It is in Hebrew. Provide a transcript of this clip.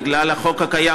בגלל החוק הקיים,